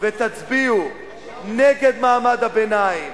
ותצביעו נגד מעמד הביניים,